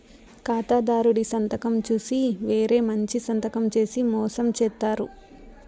ఖాతాదారుడి సంతకం చూసి వేరే మంచి సంతకం చేసి మోసం చేత్తారు